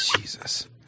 Jesus